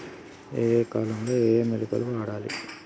ఏయే కాలంలో ఏయే మొలకలు వాడాలి?